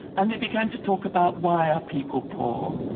and they began to talk about why are people poor,